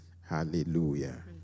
Hallelujah